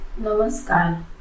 Namaskar